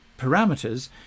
parameters